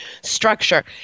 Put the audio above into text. structure